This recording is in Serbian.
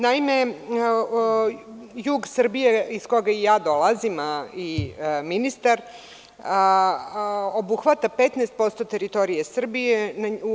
Naime, jug Srbije iz koga i ja dolazim i ministar, obuhvata 15% teritorije Srbije.